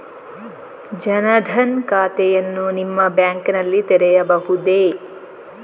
ಜನ ದನ್ ಖಾತೆಯನ್ನು ನಿಮ್ಮ ಬ್ಯಾಂಕ್ ನಲ್ಲಿ ತೆರೆಯಬಹುದೇ?